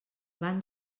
van